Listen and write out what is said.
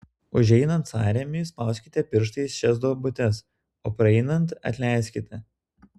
užeinant sąrėmiui spauskite pirštais šias duobutes o praeinant atleiskite